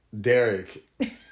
Derek